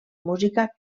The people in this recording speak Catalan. música